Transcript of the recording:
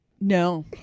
No